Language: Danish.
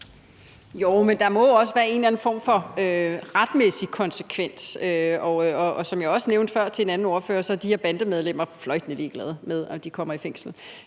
Jo, men der må jo også være en eller anden form for retmæssig konsekvens, og som jeg også nævnte til en anden ordfører før, er de her bandemedlemmer fløjtende ligeglade med, om de kommer i fængsel.